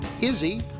Izzy